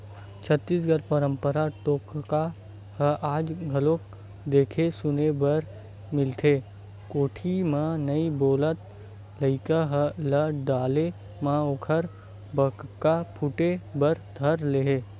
छत्तीसगढ़ी पंरपरा म टोटका ह आज घलोक देखे सुने बर मिलथे कोठी म नइ बोलत लइका ल डाले म ओखर बक्का फूटे बर धर लेथे